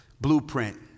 blueprint